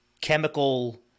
chemical